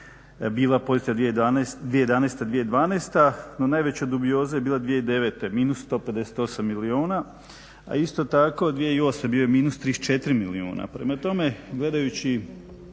bila pozitivna, 2011., 2012. No, najveća dubioza je bila 2009. minus 158 milijuna, a isto tako 2008. je bio minus 24 milijuna. Prema tome, gledajući